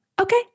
Okay